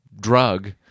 drug